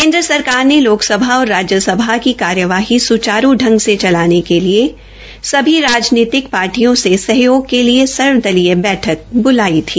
केन्द्र सरकार ने लोकसभा और राज्यसभा की कार्यवाही स्चारू पंग से चलाने के लिए सभी राजनीतिक पार्टियों से सहयोग के लिए सर्वदलीय बैठक ब्लाई थी